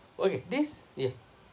okay this yeah